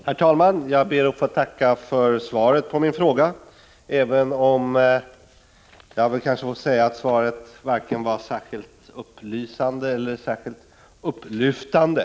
Herr talman! Jag ber att få tacka för svaret på min fråga, även om jag kanske får säga att svaret var varken särskilt upplysande eller särskilt upplyftande.